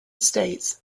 states